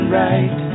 right